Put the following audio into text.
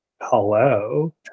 hello